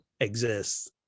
exists